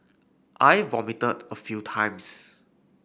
I vomited a few times